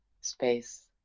space